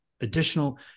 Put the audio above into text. additional